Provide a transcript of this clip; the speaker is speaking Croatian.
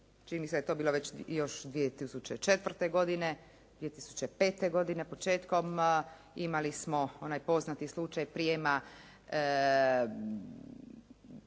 mi se da je to bilo još 2004. godine, 2005. godine početkom imali smo onaj poznati slučaj prijema,